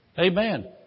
Amen